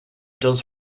does